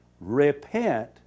Repent